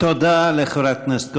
תודה לחברת הכנסת כהן-פארן.